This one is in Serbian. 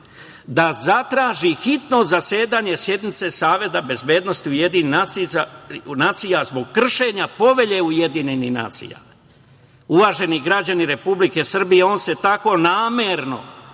da zatraži hitno zasedanje sednice Saveta bezbednosti UN zbog kršenja Povelje UN. Uvaženi građani Republike Srbije, on se tako namerno